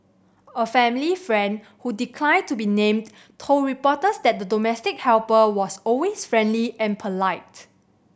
a family friend who declined to be named told reporters that the domestic helper was always friendly and polite